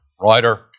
writer